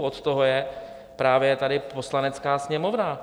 Od toho je právě tady Poslanecká sněmovna.